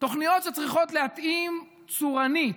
תוכניות שצריכות להתאים צורנית.